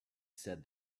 said